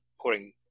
pouring